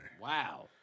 Wow